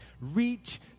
Reach